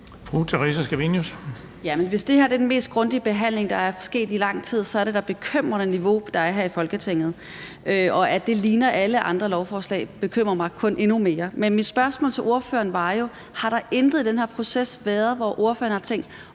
Hvis det her er den mest grundige behandling, der er sket i lang tid, er det da et bekymrende niveau, der er her i Folketinget, og at det ligner alle andre lovforslag, bekymrer mig kun endnu mere. Men mit spørgsmål til ordføreren var jo: Har der intet været i den her proces, som har fået ordføreren til